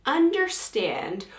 understand